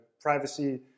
privacy